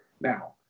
Now